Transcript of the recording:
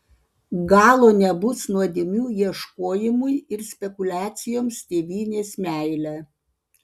galo nebus nuodėmių ieškojimui ir spekuliacijoms tėvynės meile